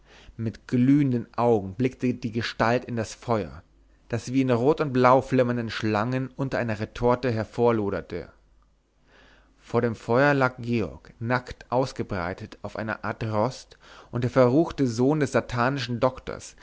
mit glühenden augen blickte die gestalt in das feuer das wie in rot und blau flammenden schlangen unter einer retorte hervorloderte vor dem feuer lag georg nackt ausgebreitet auf einer art rost und der verruchte sohn des satanischen doktors